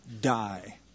die